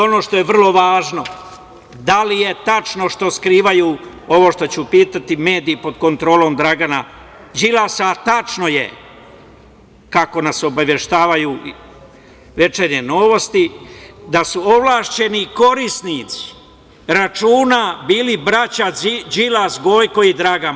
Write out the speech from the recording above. Ono što je vrlo važno, da li je tačno što skrivaju, ovo što ću pitati, mediji pod kontrolom Dragana Đilasa, a tačno je, kako nas obaveštavaju „Večernje novosti“, da su ovlašćeni korisnici računa bili braća Đilas, Gojko i Dragan?